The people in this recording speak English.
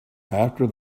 after